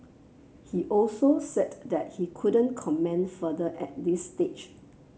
he also said that he couldn't comment further at this stage